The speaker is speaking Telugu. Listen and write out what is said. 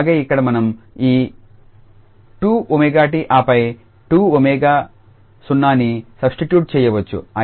అలాగే ఇక్కడ మనం ఈ 2𝜔𝑡 ఆపై 2𝜔0ని సబ్స్టిట్యూట్ చేయవచ్చు